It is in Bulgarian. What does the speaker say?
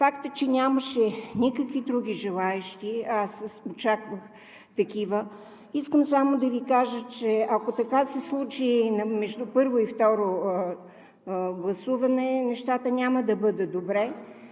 Факт е, че нямаше никакви други желаещи, а аз очаквах такива. Искам само да Ви кажа, че ако така се случи между първо и второ гласуване, нещата няма да бъдат добре.